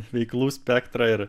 veiklų spektrą ir